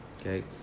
okay